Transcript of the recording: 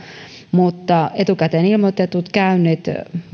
mutta etukäteen ilmoitetut käynnit